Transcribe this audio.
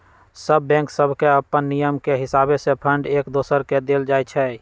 सभ बैंक सभके अप्पन नियम के हिसावे से फंड एक दोसर के देल जाइ छइ